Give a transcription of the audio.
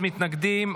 מתנגדים.